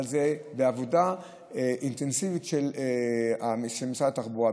אבל זה בעבודה אינטנסיבית של משרד התחבורה,